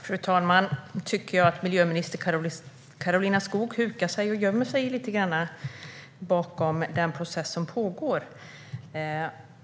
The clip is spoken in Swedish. Fru talman! Jag tycker att miljöminister Karolina Skog hukar och gömmer sig lite grann bakom den process som pågår.